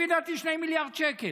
לפי דעתי, 2 מיליארד שקל,